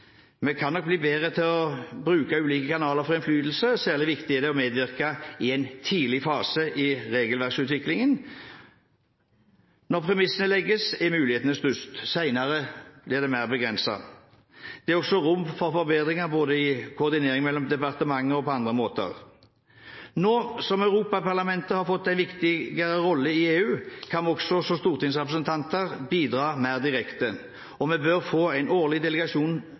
Vi kan nok bli bedre til å bruke ulike kanaler for innflytelse. Særlig viktig er det å medvirke i en tidlig fase av regelverksutviklingen. Når premissene legges, er mulighetene størst, seinere blir de mer begrenset. Det er også rom for forbedringer både i koordineringen mellom departementene og på andre måter. Nå som Europaparlamentet har fått en viktigere rolle i EU, kan vi også som stortingsrepresentanter bidra mer direkte. Vi bør få en årlig delegasjon